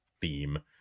theme